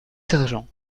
sergent